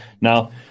Now